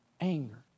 anger